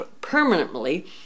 permanently